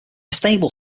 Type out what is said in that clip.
stable